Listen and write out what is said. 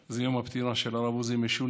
זה יום הפטירה של הרב עוזי משולם.